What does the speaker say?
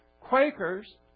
Quakers